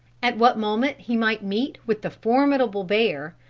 at what moment he might meet with the formidable bear,